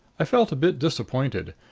i felt a bit disappointed,